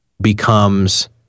becomes